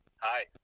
Hi